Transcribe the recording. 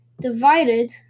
divided